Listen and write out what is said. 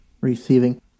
receiving